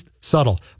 subtle